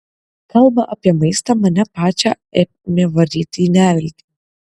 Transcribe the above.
kalba apie maistą mane pačią ėmė varyti į neviltį